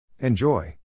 Enjoy